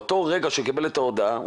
באותו רגע שהוא קיבל את ההודעה,